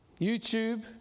YouTube